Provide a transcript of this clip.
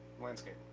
Landscape